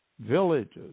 villages